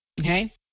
Okay